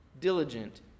diligent